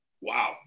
Wow